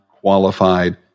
qualified